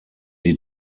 die